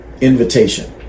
invitation